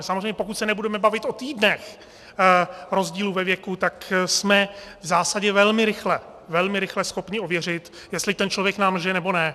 Samozřejmě pokud se nebudeme bavit o týdnech rozdílu ve věku, tak jsme v zásadě velmi rychle, velmi rychle schopni ověřit, jestli ten člověk nám lže, nebo ne.